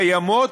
קיימות,